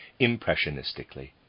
impressionistically